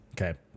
Okay